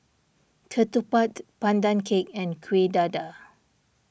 Ketupat Pandan Cake and Kueh Dadar